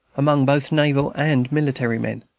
among both naval and military men.